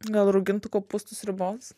gal raugintų kopūstų sriuboms